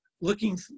looking